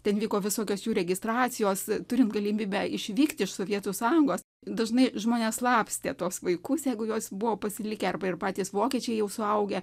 ten vyko visokios jų registracijos turint galimybę išvykt iš sovietų sąjungos dažnai žmonės slapstė tuos vaikus jeigu juos buvo pasilikę arba ir patys vokiečiai jau suaugę